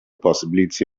possibility